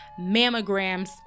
mammograms